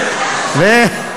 תודה.